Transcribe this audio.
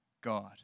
God